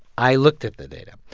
i looked at the data.